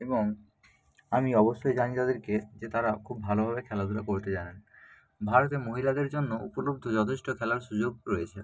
এবং আমি অবশ্যই জানি তাদেরকে যে তারা খুব ভালোভাবে খেলাধুলো করতে জানেন ভারতে মহিলাদের জন্য উপলব্ধ যথেষ্ট খেলার সুযোগ রয়েছে